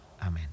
amen